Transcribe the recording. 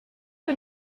que